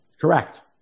Correct